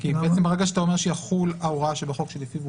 שתי השורות האחרונות.